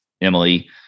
Emily